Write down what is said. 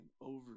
over